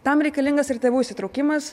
tam reikalingas ir tėvų įsitraukimas